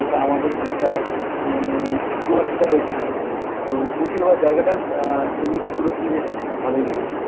যেটা আমাদের খানিকটা একটু অসুবিধা হয়েছিলো তো মুর্শিদাবাদ জায়গাটা এমনিতে পুরোপুরি বেশ ভালোই লেগেছিলো